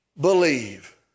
Believe